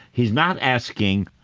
he's not asking,